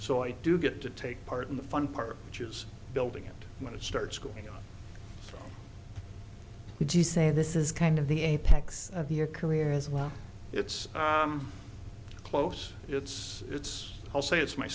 so i do get to take part in the fun part which is building it when it starts going on would you say this is kind of the apex of your career is well it's close it's it's i'll say it's my